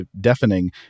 deafening